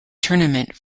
tournament